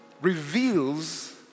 reveals